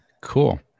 cool